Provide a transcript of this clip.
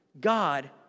God